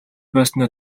байснаа